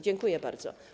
Dziękuję bardzo.